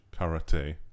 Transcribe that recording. karate